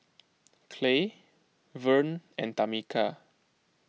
Clay Verne and Tamika